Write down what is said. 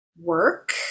work